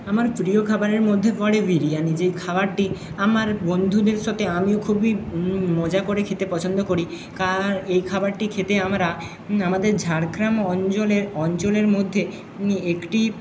আমার প্রিয় খাবারের মধ্যে পড়ে বিরিয়ানি যেই খাবারটি আমার বন্ধুদের সাথে আমিও খুবই মজা করে খেতে পছন্দ করি এই খাবারটি খেতে আমরা আমাদের ঝাড়গ্রাম অঞ্জলের অঞ্চলের মধ্যে একটি